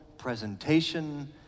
presentation